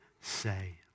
say